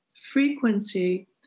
frequency